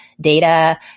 data